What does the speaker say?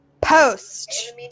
Post